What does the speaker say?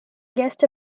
guest